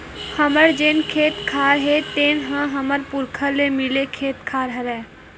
हमर जेन खेत खार हे तेन ह हमर पुरखा ले मिले खेत खार हरय